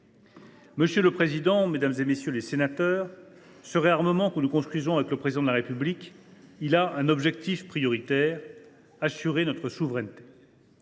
Madame la présidente, mesdames, messieurs les députés, ce réarmement, que nous engageons avec le Président de la République, a un objectif prioritaire : assurer notre souveraineté.